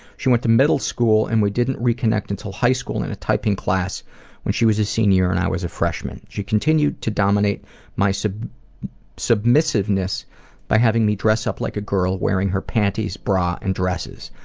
she went to middle school and we didn't reconnect until high school in a typing class when she was a senior and i was a freshman. she continued to dominate my so submissiveness by having me dress up like a girl wearing her panties, bra, and dresses.